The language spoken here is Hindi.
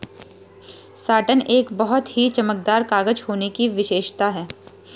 साटन एक बहुत ही चमकदार कागज होने की विशेषता है